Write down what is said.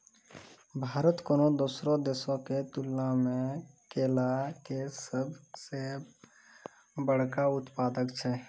भारत कोनो दोसरो देशो के तुलना मे केला के सभ से बड़का उत्पादक छै